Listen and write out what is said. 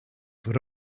for